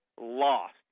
lost